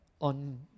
on